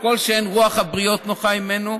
וכל שאין רוח הבריות נוחה הימנו,